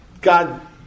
God